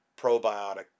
probiotic